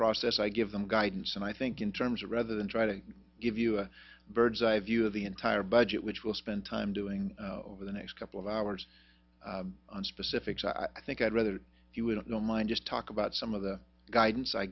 process i give them guidance and i think in terms of rather than try to give you a bird's eye view of the entire budget which will spend time doing over the next couple of hours on specifics i think i'd rather you wouldn't know mind just talk about some of the guidance i